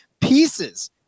pieces